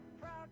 proud